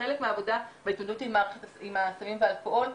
כחלק מהעבודה להתמודדות עם הסמים והאלכוהול.